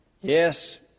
Yes